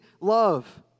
love